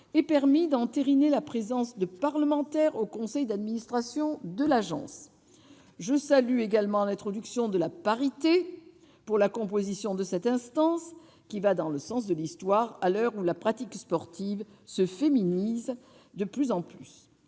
aient permis d'entériner la présence de parlementaires au conseil d'administration de l'Agence. Je salue également l'introduction de la parité pour la composition de cette instance, qui va dans le sens de l'histoire, à l'heure où la pratique sportive se féminise de plus en plus.